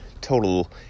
total